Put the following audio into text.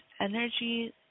energy